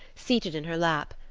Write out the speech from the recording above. seated in her lap,